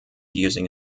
using